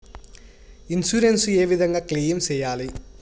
Insurance ఏ విధంగా claim సేయాలి?